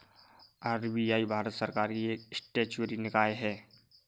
RBI Bharat सरकार की एक स्टेचुअरी निकाय है